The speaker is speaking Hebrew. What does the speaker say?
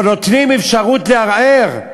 לא נותנים אפשרות לערער.